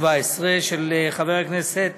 התשע"ה 2017, של חבר הכנסת